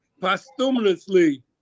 posthumously